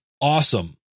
awesome